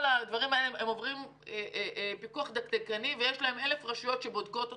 הם עוברים פיקוח דקדקני ויש אלף רשויות שבודקות אותם.